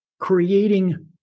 creating